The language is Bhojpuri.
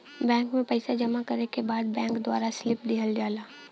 बैंक में पइसा जमा करे के बाद बैंक द्वारा स्लिप दिहल जाला